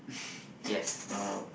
!wow!